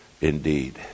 Indeed